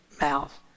mouth